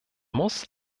muss